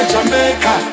Jamaica